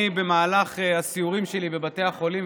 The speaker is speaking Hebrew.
במהלך הסיורים שלי בבתי החולים,